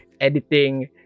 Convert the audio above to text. editing